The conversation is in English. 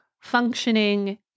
functioning